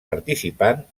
participant